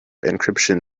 encryption